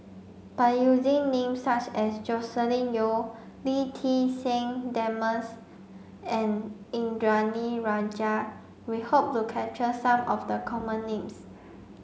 by using names such as Joscelin Yeo Lee Ti Seng Desmond's and Indranee Rajah we hope to capture some of the common names